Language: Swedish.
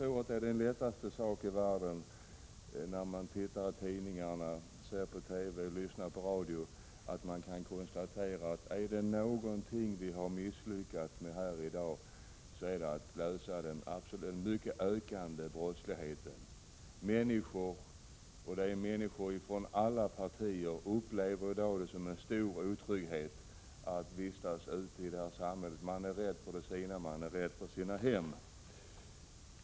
När man tittar i tidningarna, ser på TV och lyssnar på radio är det, tycker jag, den lättaste sak i världen att konstatera att om det är något vi har misslyckats med i dag så är det att lösa problemet med den starkt ökande brottsligheten. Människor, och det gäller människor från alla partier, upplever det i dag som en stor otrygghet att vistas ute i samhället. Man är rädd om de sina och man är rädd om sitt hem.